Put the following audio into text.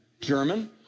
German